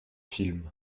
film